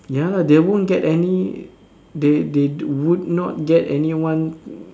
ya lah they won't get any they they would not get anyone